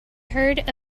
heard